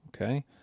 Okay